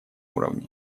уровне